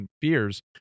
fears